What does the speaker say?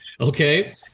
Okay